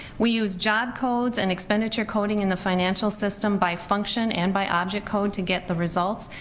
we use job codes and expenditure coding in the financial system by function and by object code, to get the results.